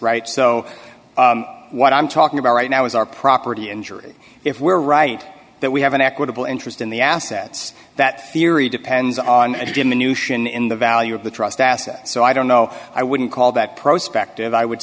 right so what i'm talking about right now is our property injury if we're right that we have an equitable interest in the assets that theory depends on a diminution in the value of the trust asset so i don't know i wouldn't call that prospect of i would